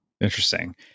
interesting